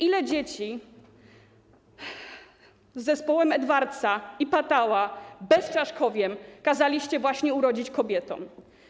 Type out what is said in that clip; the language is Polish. Ile dzieci z zespołem Edwardsa i Pataua, bezczaszkowiem, kazaliście właśnie urodzić kobietom?